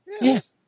Yes